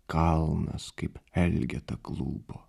kalnas kaip elgeta klūpo